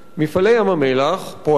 "מפעלי ים-המלח" פועלים,